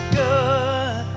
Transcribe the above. good